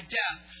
death